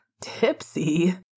Tipsy